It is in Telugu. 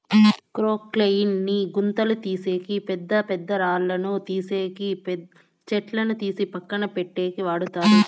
క్రొక్లేయిన్ ని గుంతలు తీసేకి, పెద్ద పెద్ద రాళ్ళను తీసేకి, చెట్లను తీసి పక్కన పెట్టేకి వాడతారు